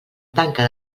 tanca